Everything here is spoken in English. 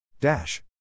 Dash